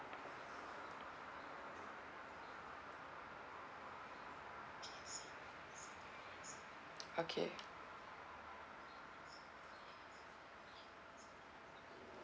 okay